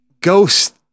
ghost